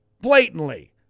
blatantly